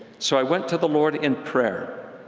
so i went to the lord in prayer.